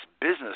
Business